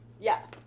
Yes